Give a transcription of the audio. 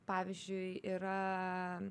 pavyzdžiui yra